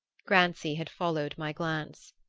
grancy had followed my glance.